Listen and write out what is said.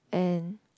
and